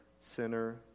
sinner